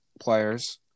players